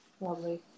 Lovely